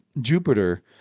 Jupiter